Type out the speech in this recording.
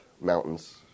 mountains